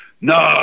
no